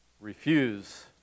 refuse